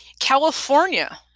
California